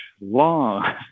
Long